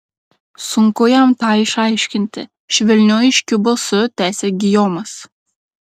sunku jam tą išaiškinti švelniu aiškiu balsu tęsė gijomas